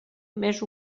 més